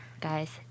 guys